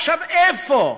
עכשיו, איפה?